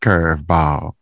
Curveball